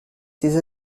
ses